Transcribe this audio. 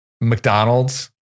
McDonald's